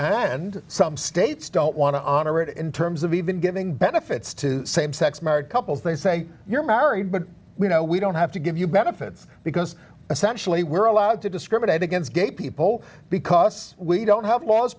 then some states don't want to honor it in terms of even giving benefits to same sex marriage couples they say you're married but you know we don't have to give you better fits because essentially we're allowed to discriminate against gay people because we don't have laws